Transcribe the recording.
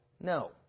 No